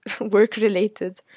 work-related